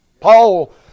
Paul